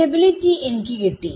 stability എനിക്ക് കിട്ടി